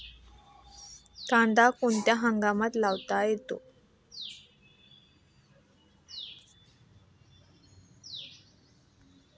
कांदा कोणत्या हंगामात लावता येतो?